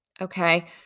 Okay